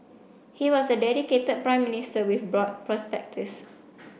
he was a dedicated Prime Minister with broad perspectives